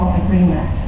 agreement